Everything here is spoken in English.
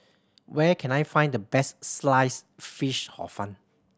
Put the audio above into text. where can I find the best Sliced Fish Hor Fun